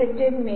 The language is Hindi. रुचि से देखें